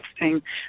interesting